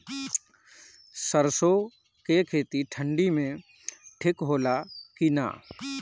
सरसो के खेती ठंडी में ठिक होला कि ना?